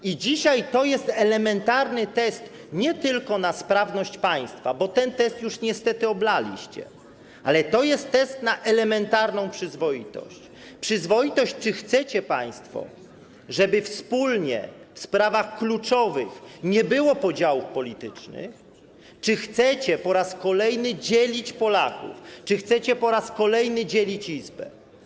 I dzisiaj to jest elementarny test nie tylko na sprawność państwa, bo ten test już niestety oblaliście, ale to jest test na elementarną przyzwoitość, przyzwoitość, czy chcecie państwo, żeby wspólnie, w sprawach kluczowych, nie było podziałów politycznych, czy chcecie po raz kolejny dzielić Polaków, czy chcecie po raz kolejny dzielić Izbę.